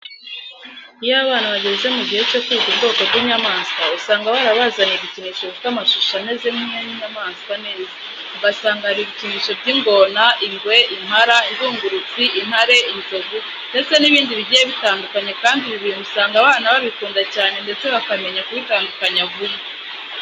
Iyo abana bageze mu gihe cyo kwiga ubwoko bw'inyamaswa usanga barabazaniye ibikinisho bifite amashusho ameze nk'ay'inyamaswa neza. Ugasanga hari ibikinisho by'ingona, ingwe, impara, indungurutsi, intare, inzovu ndetse n'ibindi bigiye bitandukanye kandi ibi bintu usanga abana babikunda cyane ndetse bakamenya kubitandukanya vuba.